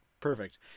perfect